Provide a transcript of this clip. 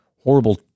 horrible